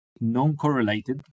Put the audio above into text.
non-correlated